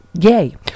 Yay